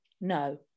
No